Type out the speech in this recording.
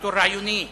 ויתור רעיוני.